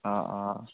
অঁ অঁ